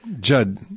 Judd